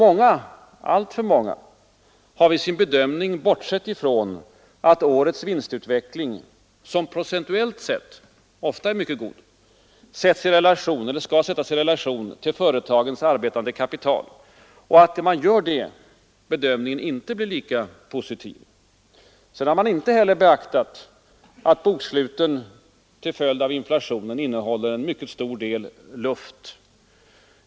Många — alltför många — har vid sin bedömning bortsett från att årets vinstutveckling, som procentuellt sett ofta varit mycket god, skall sättas i relation till företagens arbetande kapital och att bedömningen då inte blir lika positiv. Man har inte heller beaktat att boksluten till följd av inflationen innehåller en mycket stor del luft.